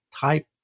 type